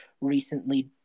recently